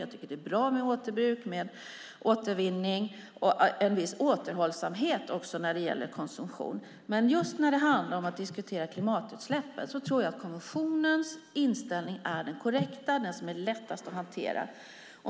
Jag tycker att det är bra med återbruk, med återvinning och en viss återhållsamhet också när det gäller konsumtion. Men just när det handlar om att diskutera klimatutsläppen tror jag att kommissionens inställning är den korrekta, den som är lättast att hantera.